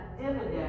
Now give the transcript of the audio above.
dividend